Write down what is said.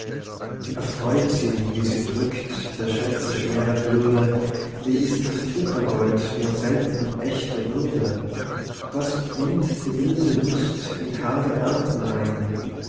erfreut sie wie sie drückt der schätze schwere bürde was ist das flittergold nur selten ächte würde was bringt die wilde luft in kargen ernten ein